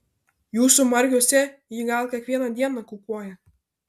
jūsų margiuose ji gal kiekvieną dieną kukuoja